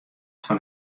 fan